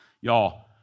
Y'all